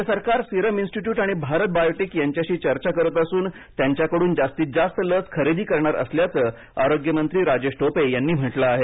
राज्य सरकार serum institute आणि भारत बायोटेक यांच्याशी चर्चा करत असून त्यांच्याकडून जास्तीत जास्त लस खरेदी करणार असल्याचं आरोग्यमंत्री राजेश टोपे यांनी म्हटलं आहे